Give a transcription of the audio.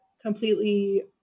completely